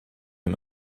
him